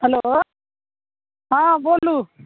hello हँ बोलू